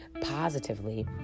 positively